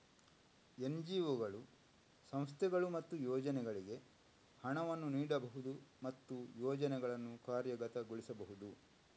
ಎನ್.ಜಿ.ಒಗಳು, ಸಂಸ್ಥೆಗಳು ಮತ್ತು ಯೋಜನೆಗಳಿಗೆ ಹಣವನ್ನು ನೀಡಬಹುದು ಮತ್ತು ಯೋಜನೆಗಳನ್ನು ಕಾರ್ಯಗತಗೊಳಿಸಬಹುದು